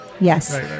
Yes